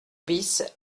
bis